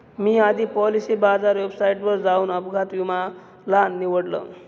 मी आधी पॉलिसी बाजार वेबसाईटवर जाऊन अपघात विमा ला निवडलं